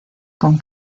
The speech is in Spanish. con